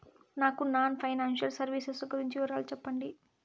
నాకు non financial services గురించి వివరాలు సెప్పండి?